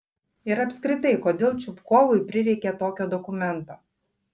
ir apskritai kodėl čupkovui prireikė tokio dokumento